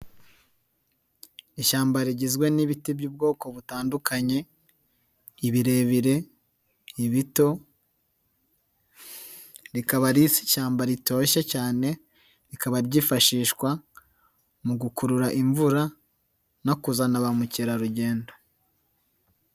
Ishyamba rigizwe n'ibiti by'ubwoko butandukanye, ibirebire, ibito, rikaba ari ishyamba ritoshye cyane, rikaba ryifashishwa mu gukurura imvura no kuzana ba mukerarugendo.